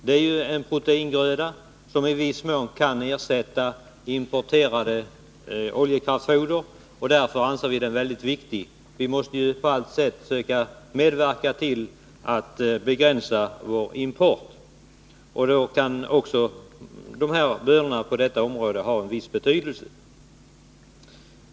Det är en proteingröda som i viss mån kan ersätta importerat oljekraftfoder. Därför anser vi den vara mycket viktig. Vi måste ju på allt sätt söka medverka till att begränsa vår import. Då kan, på det här området, dessa bönor ha viss betydelse.